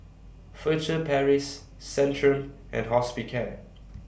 Furtere Paris Centrum and Hospicare